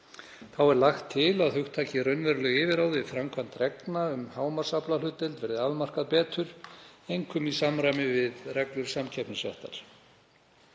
Þá er lagt til að hugtakið raunveruleg yfirráð við framkvæmd reglna um hámarksaflahlutdeild verði afmarkað betur, einkum í samræmi við reglur samkeppnisréttar.